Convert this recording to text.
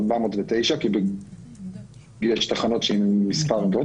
כי יש תנות שהן עם מספר עמדות,